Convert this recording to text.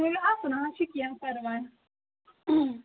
تُلِو حظ سُہ نہ حظ چھُ کینٛہہ پرواے